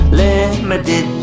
limited